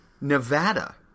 Nevada